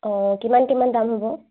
অঁ কিমান কিমান দাম হ'ব